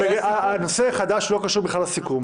הנושא החדש לא קשור בכלל לסיכום.